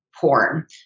porn